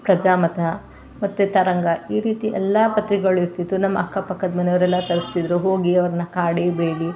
ಪ್ರಜಾಮತ ಮತ್ತು ತರಂಗ ಈ ರೀತಿ ಎಲ್ಲ ಪತ್ರಿಕೆಗಳು ಇರ್ತಿತ್ತು ನಮ್ಮ ಅಕ್ಕಪಕ್ಕದ ಮನೆಯವರೆಲ್ಲ ತರಿಸ್ತಿದ್ರು ಹೋಗಿ ಅವ್ರನ್ನು ಕಾಡಿ ಬೇಡಿ